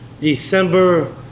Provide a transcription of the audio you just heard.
December